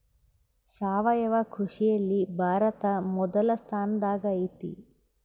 ಸಾವಯವ ಕೃಷಿಯಲ್ಲಿ ಭಾರತ ಮೊದಲ ಸ್ಥಾನದಾಗ್ ಐತಿ